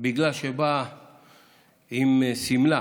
בגלל שבאה עם שמלה